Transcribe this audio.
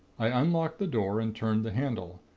i unlocked the door and turned the handle.